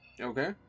Okay